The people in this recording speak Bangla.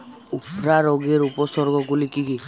উফরা রোগের উপসর্গগুলি কি কি?